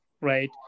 right